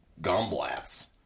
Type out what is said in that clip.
gumblats